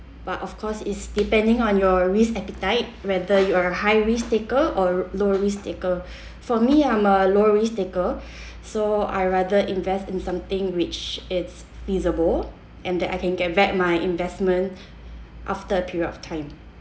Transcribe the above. but of course it's depending on your risk appetite whether you are high risk taker or low risk taker for me I'm a low risk taker so I rather invest in something which it's visible and that I can get back my investment after a period of time